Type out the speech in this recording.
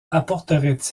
apporterait